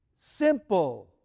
Simple